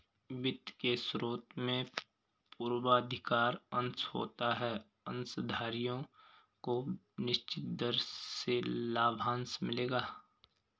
वित्त के स्रोत में पूर्वाधिकार अंश होता है अंशधारियों को निश्चित दर से लाभांश मिलेगा